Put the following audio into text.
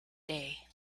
day